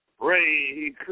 Ray